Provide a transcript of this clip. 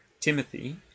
Timothy